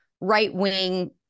right-wing